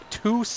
two